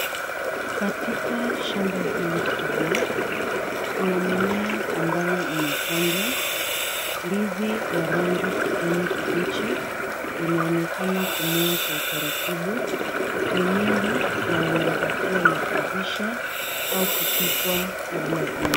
Katika shamba hili kubwa, kuna mimea ambayo umepandwa. Ndizi la rangi kijani kibichi linaonekana kumea kwa utaratibu. Ni mingi na yanaweza kuwa la kuivisha au kupikwa kabla ulwe.